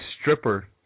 stripper